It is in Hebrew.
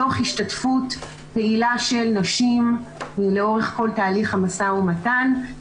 תוך השתתפות פעילה של נשים לאורך כל תהליך המשא ומתן,